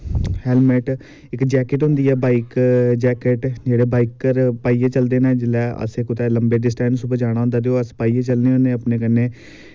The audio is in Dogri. हेलमेट इक्क जेकैट होंदी ऐ बाईक जेकैट ते जेह्ड़े बाइकर्स पाइयै चलदे न जेल्लै अस कुदै लंबे डिस्टेंस पर जाना होंदा ऐ ते बस इसी पाइयै चलने होने अपने कन्नै